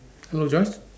hello Joyce